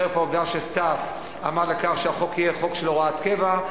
חרף העובדה שסטס עמד על כך שהחוק יהיה חוק של הוראת קבע.